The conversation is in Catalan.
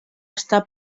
estar